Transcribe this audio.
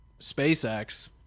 SpaceX